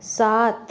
साथ